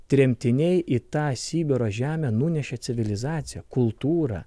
tremtiniai į tą sibiro žemę nunešė civilizaciją kultūrą